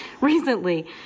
recently